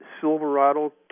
Silverado